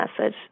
message